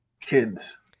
kids